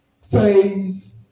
Says